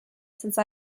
since